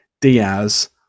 Diaz